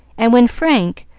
and when frank,